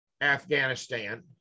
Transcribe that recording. Afghanistan